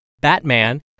BATMAN